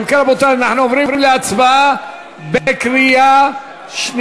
אם כן, רבותי, אנחנו עוברים להצבעה בקריאה שנייה.